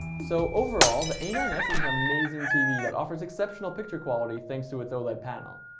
so overall, the a nine s is an amazing tv that offers exceptional picture quality thanks to it's oled panel.